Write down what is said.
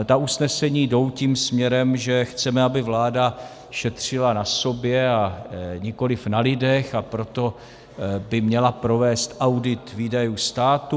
Ta usnesení jdou tím směrem, že chceme, aby vláda šetřila na sobě, nikoliv na lidech, a proto by měla provést audit výdajů státu.